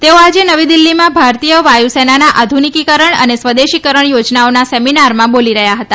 તેઓ આજે નવી દીલ્ફીમાં ભારતીય વાયુ સેનાના આધુનિકીકરણ અને સ્વદેશીકરણ યોજનાઓના સેમિનારમાં બોલી રહ્યા હતા